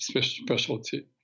specialty